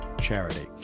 charity